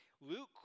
Luke